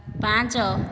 ପାଞ୍ଚ